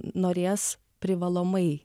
norės privalomai